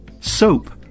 Soap